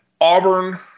Auburn